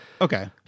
Okay